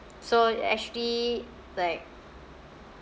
so actually like